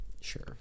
Sure